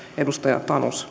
edustaja tanus